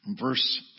Verse